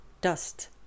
Dust